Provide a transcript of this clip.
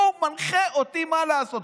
הוא מנחה אותי מה לעשות.